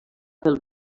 pel